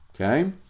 Okay